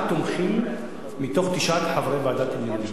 תומכים מתוך תשעת חברי ועדת המינויים.